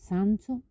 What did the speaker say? Sancho